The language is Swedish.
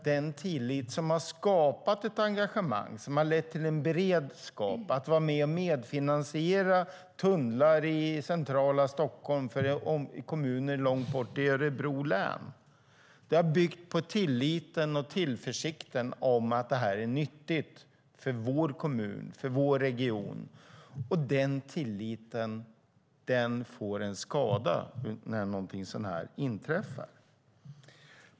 Denna tillit har skapat ett engagemang som har lett till en beredskap hos kommuner långt borta i Örebro län att vara med och medfinansiera tunnlar i centrala Stockholm. Engagemanget har byggt på tilliten och tillförsikten till att detta är nyttigt för ens egen kommun eller region. Den tilliten får en skada när någonting sådant här inträffar.